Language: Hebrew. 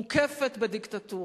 מוקפת בדיקטטורות.